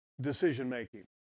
decision-making